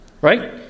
right